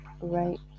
Right